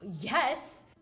yes